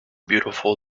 beautiful